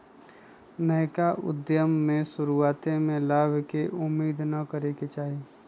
नयका उद्यम में शुरुआते में लाभ के उम्मेद न करेके चाही